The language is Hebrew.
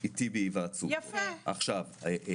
ועוד נעשית עבודה משותפת למצוא את הטפסים המתאימים,